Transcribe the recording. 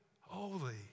holy